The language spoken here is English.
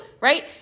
right